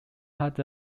had